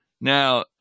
Now